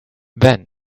then